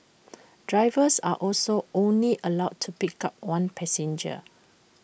drivers are also only allowed to pick up one passenger